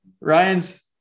ryan's